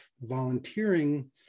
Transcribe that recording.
volunteering